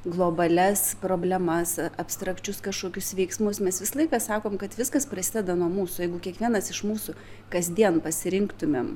globalias problemas abstrakčius kažkokius veiksmus mes visą laiką sakom kad viskas prasideda nuo mūsų jeigu kiekvienas iš mūsų kasdien pasirinktumėm